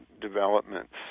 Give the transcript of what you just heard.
developments